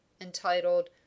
entitled